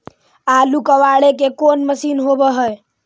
आलू कबाड़े के कोन मशिन होब है?